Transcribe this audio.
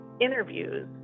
interviews